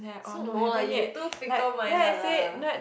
so no lah you too fickle minded lah